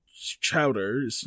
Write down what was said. Chowder